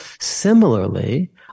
similarly